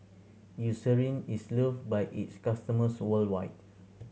Eucerin is loved by its customers worldwide